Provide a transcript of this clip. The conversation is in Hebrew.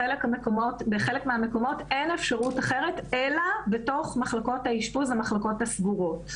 בחלק מהמקומות אין אפשרות אחרת אלא בתוך מחלקות האשפוז הסגורות.